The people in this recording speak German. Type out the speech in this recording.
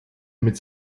mit